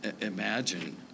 Imagine